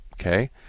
Okay